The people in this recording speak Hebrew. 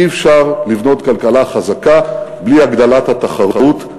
אי-אפשר לבנות כלכלה חזקה בלי הגדלת התחרות.